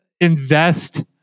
invest